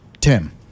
Tim